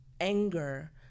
anger